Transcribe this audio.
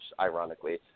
ironically